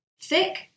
Thick